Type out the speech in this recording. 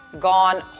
gone